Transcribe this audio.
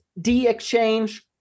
D-Exchange